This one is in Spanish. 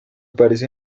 parece